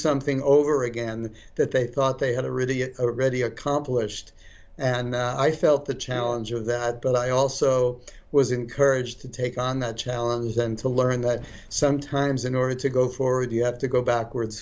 something over again that they thought they had to really get ready accomplished and i felt the challenge of that but i i also was encouraged to take on the challenges and to learn that sometimes in order to go forward you have to go backwards